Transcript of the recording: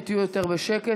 שתהיו יותר בשקט,